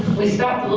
we stopped